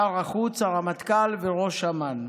שר החוץ, הרמטכ"ל וראש אמ"ן.